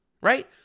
right